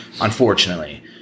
Unfortunately